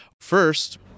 first